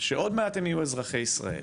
שעוד מעט הם יהיו אזרחי ישראל,